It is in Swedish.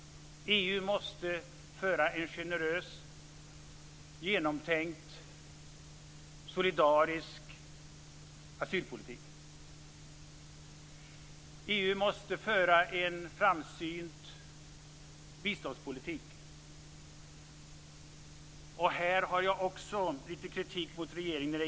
EU måste föra en generös, genomtänkt, solidarisk asylpolitik och en framsynt biståndspolitik. I det sammanhanget har jag också lite kritik mot regeringen.